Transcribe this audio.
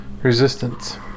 Resistance